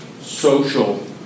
social